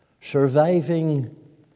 Surviving